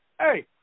hey